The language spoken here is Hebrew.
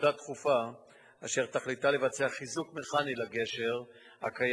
דחופה אשר תכליתה לבצע חיזוק מכני לגשר הקיים,